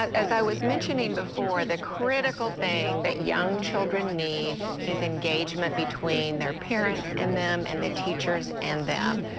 as i was mentioning before, the critical thing that young children need is engagement between their parents and them and the teachers and them,